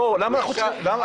בואו, למה אנחנו צריכים